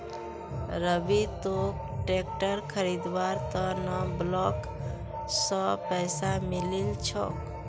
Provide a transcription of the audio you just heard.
रवि तोक ट्रैक्टर खरीदवार त न ब्लॉक स पैसा मिलील छोक